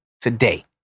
today